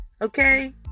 okay